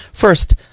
First